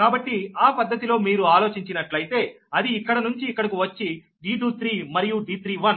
కాబట్టి ఆ పద్ధతిలో మీరు ఆలోచించినట్లయితే అది ఇక్కడ నుంచి ఇక్కడికి వచ్చి D23 మరియు D31